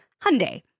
Hyundai